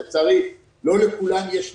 וצריך לא לכולם יש מחוזות.